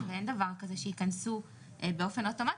ואין דבר כזה שייכנסו באופן אוטומטי,